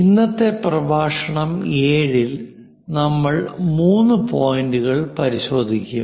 ഇന്നത്തെ പ്രഭാഷണം 7 ൽ നമ്മൾ മൂന്ന് പോയിന്റുകൾ പരിശോധിക്കും